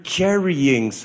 carrying